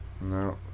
No